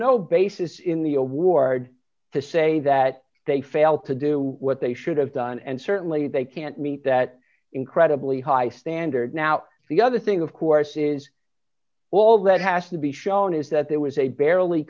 no basis in the award to say that they failed to do what they should have done and certainly they can't meet that incredibly high standard now the other thing of course d is all that has to be shown is that there was a barely